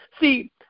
See